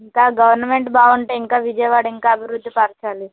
ఇంకా గవర్నమెంట్ బాగుంటే ఇంకా విజయవాడ ఇంకా అభివృద్ధి పరచాలి